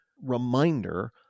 reminder